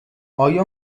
آیا